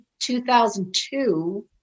2002